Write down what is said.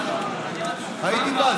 הייתי בא.